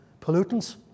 pollutants